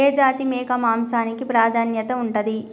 ఏ జాతి మేక మాంసానికి ప్రాధాన్యత ఉంటది?